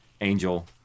Angel